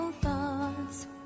thoughts